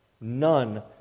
None